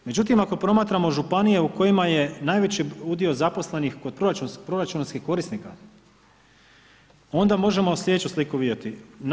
Međutim ako promatramo županije u kojima je najveći udio zaposlenih kod proračunskih korisnika, onda možemo sljedeću sliku vidjeti.